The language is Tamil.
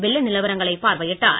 வெள்ள நிலவரங்களைப் பார்வையிட்டார்